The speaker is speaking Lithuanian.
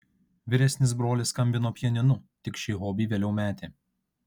vyresnis brolis skambino pianinu tik šį hobį vėliau metė